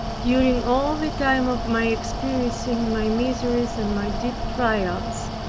during all the time of my experiencing my miseries and my deep trials,